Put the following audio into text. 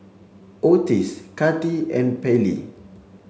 Ottis Kati and Pallie